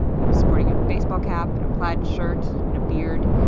he was sporting a baseball cap and a plaid shirt and a beard.